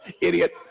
idiot